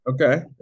Okay